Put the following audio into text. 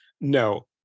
no